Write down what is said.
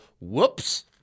whoops